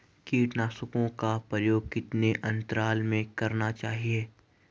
कीटनाशकों का प्रयोग कितने अंतराल में करना चाहिए?